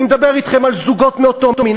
אני מדבר אתכם על זוגות מאותו מין,